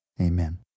amen